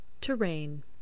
Terrain